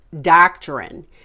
doctrine